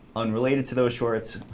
unrelated to those shorts,